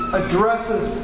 addresses